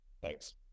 Thanks